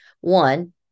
One